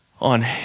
on